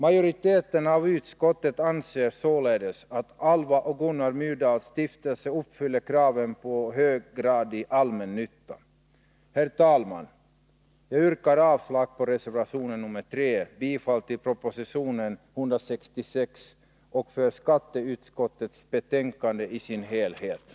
Majoriteten av utskottet anser således att Alva och Gunnar Myrdals stiftelse uppfyller kraven på höggradig allmännytta. Herr talman! Jag yrkar avslag på reservation 3, bifall till proposition 166 och bifall till skatteutskottets hemställan på alla punkter.